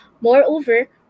Moreover